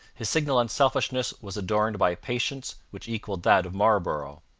his signal unselfishness was adorned by a patience which equalled that of marlborough.